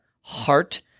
heart